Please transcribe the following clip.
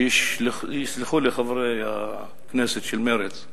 שיסלחו לי חברי הכנסת של מרצ,